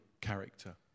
character